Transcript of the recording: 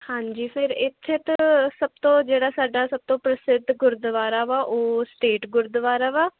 ਹਾਂਜੀ ਫਿਰ ਇੱਥੇ ਤਾਂ ਸਭ ਤੋਂ ਜਿਹੜਾ ਸਾਡਾ ਸਭ ਤੋਂ ਪ੍ਰਸਿੱਧ ਗੁਰਦੁਆਰਾ ਵਾ ਉਹ ਸਟੇਟ ਗੁਰਦੁਆਰਾ ਵਾ